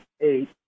eight